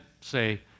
say